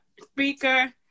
speaker